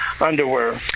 underwear